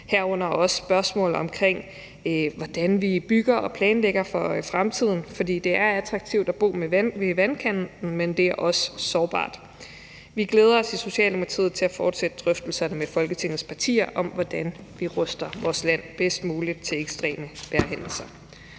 herunder også spørgsmål omkring, hvordan vi bygger og planlægger for fremtiden, for det er attraktivt at bo ved vandkanten, men det er også sårbart. Vi glæder os i Socialdemokratiet til at fortsætte drøftelserne med Folketingets partier om, hvordan vi ruster vores land bedst muligt til ekstreme vejrhændelser.